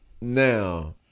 now